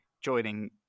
joining